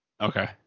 Okay